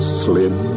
slim